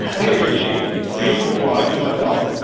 hello give a shape can pull plug to myself